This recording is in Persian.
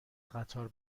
قطار